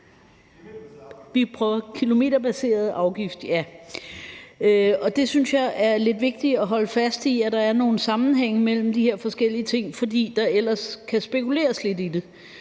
indfører en kilometerbaseret afgift. Det synes jeg er lidt vigtigt at holde fast i, altså at der er nogle sammenhænge mellem de her forskellige ting, fordi der ellers kan spekuleres lidt i det.